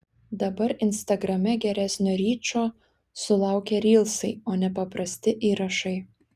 dabar instagrame geresnio ryčo sulaukia rylsai o ne paprasti įrašai